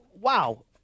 wow